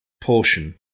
portion